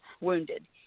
wounded